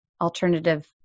alternative